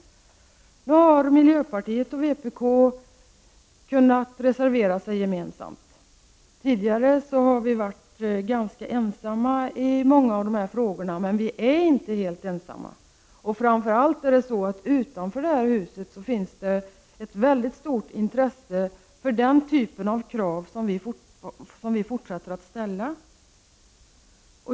Nu har miljöpartiet och vpk kunnat reservera sig gemensamt. Tidigare har vi varit ganska ensamma i många av dessa frågor, men vi är inte helt ensamma. Framför allt finns det utanför det här huset ett väldigt stort intresse för den typen av krav som vi fortsätter att ställa.